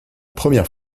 première